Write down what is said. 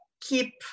keep